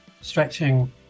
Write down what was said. stretching